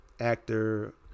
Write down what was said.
actor